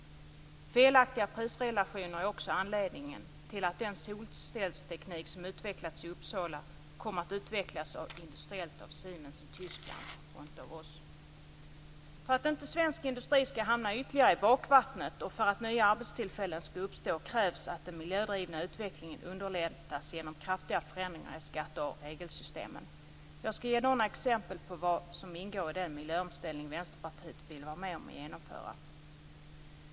Felaktiga prisrelationer är också anledningen till att den solcellsteknik som utvecklats i Uppsala kommer att utvecklas industriellt av Siemens i Tyskland och inte av oss. För att inte svensk industri skall hamna ytterligare i bakvattnet och för att nya arbetstillfällen skall uppstå krävs att den miljödrivna utvecklingen underlättas genom kraftiga förändringar i skatte och regelsystemen. Jag skall ge några exempel på vad som ingår i den miljöomställning Vänsterpartiet vill vara med om att genomföra.